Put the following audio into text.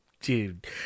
dude